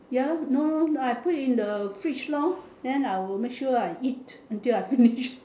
ya lor no no I put in the fridge lor then I will make sure I eat until I finish